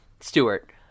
Stewart